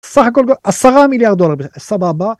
סך הכל עשרה מיליארד דולר, סבבה.